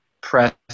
press